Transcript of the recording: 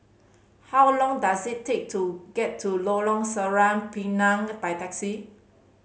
how long does it take to get to Lorong Sireh Pinang by taxi